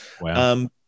Wow